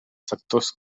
sectors